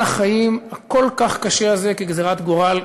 החיים הכל-כך קשה הזה כגזירת גורל,